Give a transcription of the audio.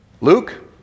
Luke